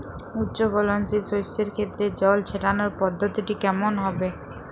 উচ্চফলনশীল শস্যের ক্ষেত্রে জল ছেটানোর পদ্ধতিটি কমন হবে?